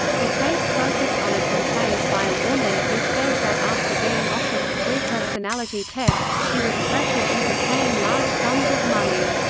the case focused on a complaint by a woman who says that after being offered a free personality test, she was pressured into paying large sums of money.